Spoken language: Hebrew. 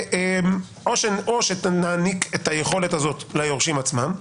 או שנעניק את היכולת הזאת ליורשים עצמם,